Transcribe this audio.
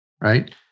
Right